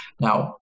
Now